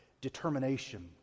determination